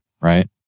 right